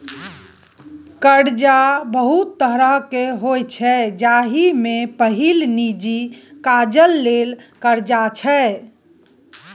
करजा बहुत तरहक होइ छै जाहि मे पहिल निजी काजक लेल करजा छै